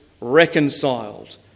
reconciled